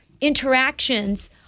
interactions